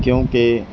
ਕਿਉਂਕਿ